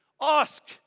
ask